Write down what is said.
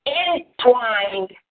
entwined